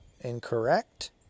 incorrect